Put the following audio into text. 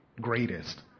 greatest